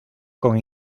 con